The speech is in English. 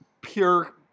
pure